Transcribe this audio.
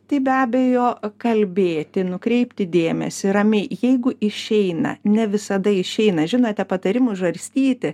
tai be abejo kalbėti nukreipti dėmesį ramiai jeigu išeina ne visada išeina žinote patarimų žarstyti